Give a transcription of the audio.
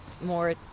more